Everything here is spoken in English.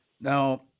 Now